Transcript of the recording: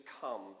come